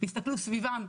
הסתכלו סביבם,